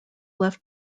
left